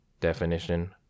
Definition